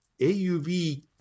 AUV